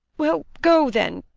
well, go then,